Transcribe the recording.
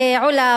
ועולא,